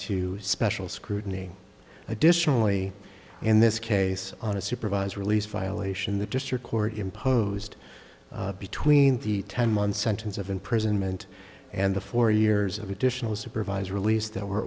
to special scrutiny additionally in this case on a supervised release violation that just your court imposed between the ten month sentence of imprisonment and the four years of additional supervised release that were